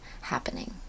happening